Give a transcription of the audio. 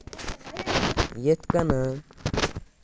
یِتھۍ کَنن